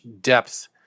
depth